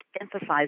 emphasize